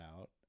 out